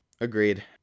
Agreed